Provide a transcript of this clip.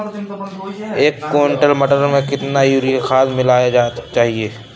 एक कुंटल मटर में कितना यूरिया खाद मिलाना चाहिए?